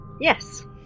yes